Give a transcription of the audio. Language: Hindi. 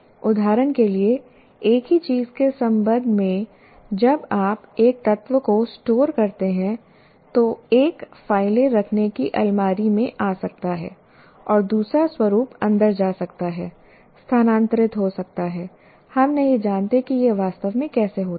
उदाहरण के लिए एक ही चीज़ के संबंध में जब आप एक तत्व को स्टोर करते हैं तो एक फाइलें रखने की अलमारी में आ सकता है और दूसरा स्वरूप अंदर जा सकता है स्थानांतरित हो सकता है हम नहीं जानते कि यह वास्तव में कैसे होता है